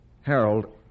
Harold